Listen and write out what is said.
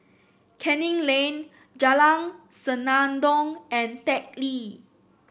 Canning Lane Jalan Senandong and Teck Lee